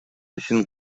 ишин